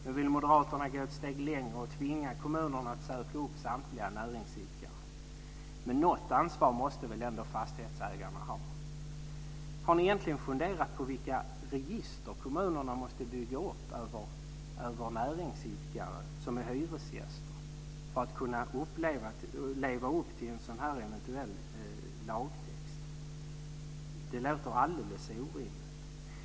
Nu vill moderaterna gå ett steg längre och tvinga kommunerna att söka upp samtliga näringsidkare. Något ansvar måste väl ändå fastighetsägarna ha. Har ni egentligen funderat på vilka register som kommunerna måste bygga upp över näringsidkare som är hyresgäster för att leva upp till en sådan eventuell lagtext? Det låter alldeles orimligt.